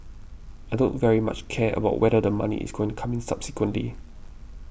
I don't very much care about whether the money is going come in subsequently